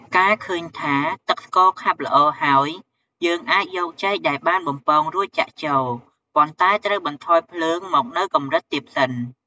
កាលឃើញថាទឹកស្ករខាប់ល្អហើយ យើងអាចយកចេកដែលបានបំពងរួចចាក់ចូល ប៉ុន្តែត្រូវបន្ថយភ្លើងមកនៅកម្រិតទាបសិន។